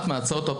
שחלק מהסיבה.